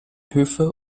höfe